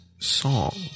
Song